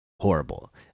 horrible